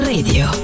Radio